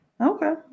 Okay